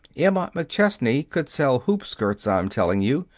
emma mcchesney could sell hoop-skirts, i'm telling you.